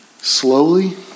slowly